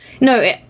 No